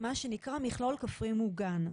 מה שנקרא "מכלול כפרי מוגן".